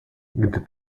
gdy